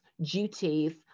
duties